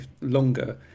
longer